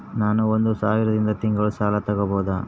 ನಾನು ಒಂದು ಸಾವಿರದಿಂದ ತಿಂಗಳ ಸಾಲ ತಗಬಹುದಾ?